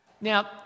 Now